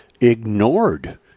ignored